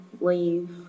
leave